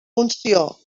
funció